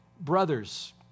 Brothers